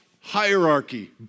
hierarchy